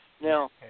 Now